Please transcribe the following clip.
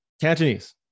Cantonese